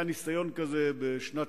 היה ניסיון כזה בשנת